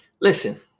Listen